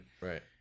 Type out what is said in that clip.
Right